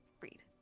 read